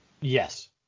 Yes